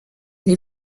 les